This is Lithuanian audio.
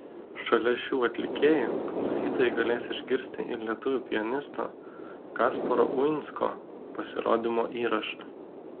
šalia šių atlikėjų klausytojai galės išgirsti ir lietuvių pianisto kasparo uinsko pasirodymo įrašą